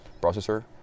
processor